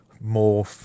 more